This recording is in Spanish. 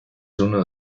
uno